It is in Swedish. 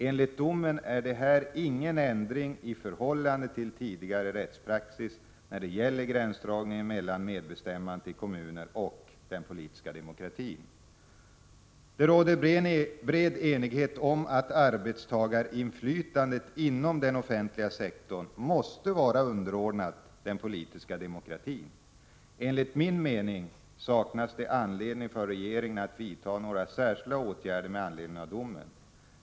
Enligt domen är det här ingen ändring i förhållande till tidigare rättspraxis när det gäller gränsdragningen mellan medbestämmandet i kommuner och den politiska demokratin. Det råder bred enighet om att arbetstagarinflytandet inom den offentliga sektorn måste vara underordnat den politiska demokratin. Enligt min mening saknas det anledning för regeringen att vidta några särskilda åtgärder med anledning av domen.